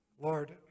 Lord